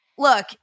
Look